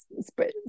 spread